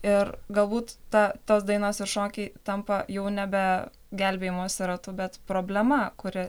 ir galbūt ta tos dainos ir šokiai tampa jau nebe gelbėjimosi ratu bet problema kuri